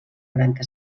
branca